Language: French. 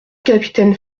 capitaine